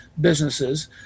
businesses